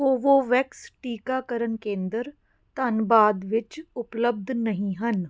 Covovax ਟੀਕਾਕਰਨ ਕੇਂਦਰ ਧੰਨਬਾਦ ਵਿੱਚ ਉਪਲਬਧ ਨਹੀਂ ਹਨ